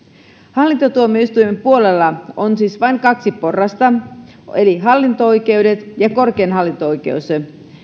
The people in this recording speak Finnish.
hallintotuomioistuimen puolella on siis vain kaksi porrasta eli hallinto oikeudet ja korkein hallinto oikeus